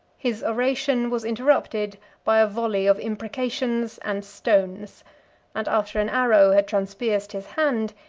his oration was interrupted by a volley of imprecations and stones and after an arrow had transpierced his hand,